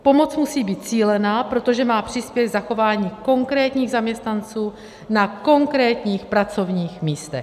Pomoc musí být cílená, protože má přispět k zachování konkrétních zaměstnanců na konkrétních pracovních místech.